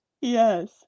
Yes